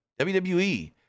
WWE